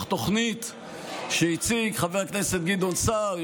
תוכנית שהציג חבר הכנסת גדעון סער,